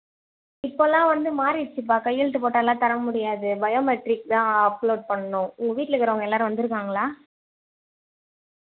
இப்போல்லாம் வந்து மாறிடுச்சுப்பா கையெழுத்து போட்டால்லாம் தரமுடியாது பயோமெட்ரிக் தான் அப்லோடு பண்ணணும் உங்கள் வீட்டில் இருக்கிற எல்லோரும் வந்துருக்காங்களா